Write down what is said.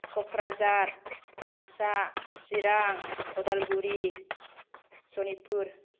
Kokrajhar Baksa Chirang Udalguri Sonitpur